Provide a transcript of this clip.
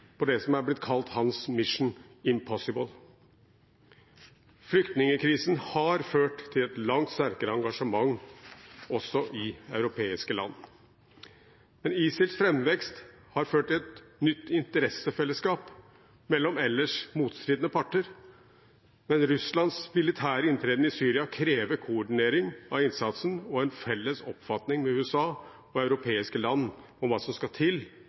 på det som er blitt kalt hans «mission impossible». Flyktningkrisen har ført til et langt sterkere engasjement også i europeiske land. ISILs framvekst har ført til et nytt interessefellesskap mellom ellers motstridende parter, men Russlands militære inntreden i Syria krever koordinering av innsatsen og en felles oppfatning mellom USA og europeiske land om hva som skal til